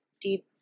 deep